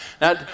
Now